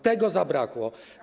Tego zabrakło.